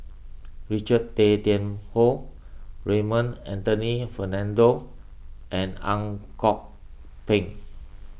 Richard Tay Tian Hoe Raymond Anthony Fernando and Ang Kok Peng